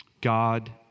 God